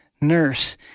nurse